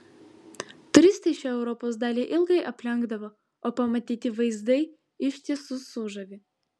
turistai šią europos dalį ilgai aplenkdavo o pamatyti vaizdai iš tiesų sužavi